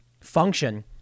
function